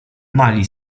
mali